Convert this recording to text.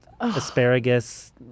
asparagus